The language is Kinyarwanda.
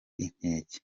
inkeke